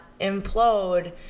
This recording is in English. implode